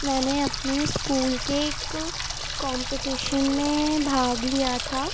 میں نے اپںے اسکول کے ایک کمپٹیشن میں بھاگ لیا تھا